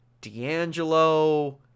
D'Angelo